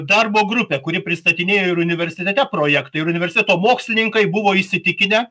darbo grupė kuri pristatinėjo ir universitete projektą ir universiteto mokslininkai buvo įsitikinę